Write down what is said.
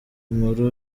inkuru